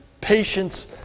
patience